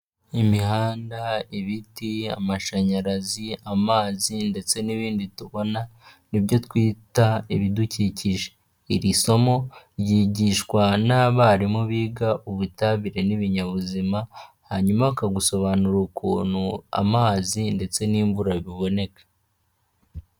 Imihanda ibiti amashanyarazi amazi ndetse n'ibindi tubona nibyo twita ibidukikije iri somo ryigishwa n'abarimu biga ubutabire n'ibinyabuzima hanyuma bakagusobanura ukuntu amazi ndetse n'imvura biboneka.